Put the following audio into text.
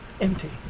empty